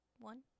one